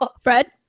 fred